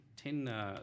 Ten